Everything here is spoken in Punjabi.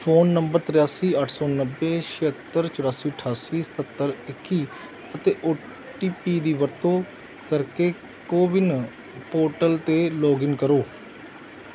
ਫ਼ੋਨ ਨੰਬਰ ਤ੍ਰਿਆਸੀ ਅੱਠ ਸੌ ਨੱਬੇ ਛਿਹੱਤਰ ਚੁਰਾਸੀ ਅਠਾਸੀ ਸਤੱਤਰ ਇੱਕੀ ਅਤੇ ਓ ਟੀ ਪੀ ਦੀ ਵਰਤੋਂ ਕਰਕੇ ਕੋਵਿਨ ਪੋਰਟਲ 'ਤੇ ਲੌਗਇਨ ਕਰੋ